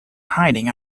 hiding